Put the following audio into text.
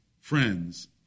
friends